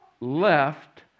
left